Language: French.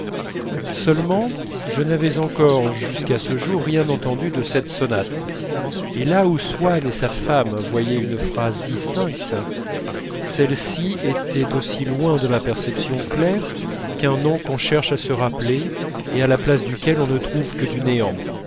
seulement je n'avais encore jusqu'à ce jour rien entendu de cette sonate et là où swann et sa femme voyaient une phrase distincte celle-ci était aussi loin de ma perception claire qu'un nom qu'on cherche à se rappeler et à la place duquel on ne trouve que du néant